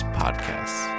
podcasts